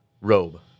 robe